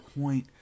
point